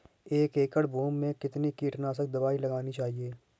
एक एकड़ भूमि में कितनी कीटनाशक दबाई लगानी चाहिए?